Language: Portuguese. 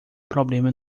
problema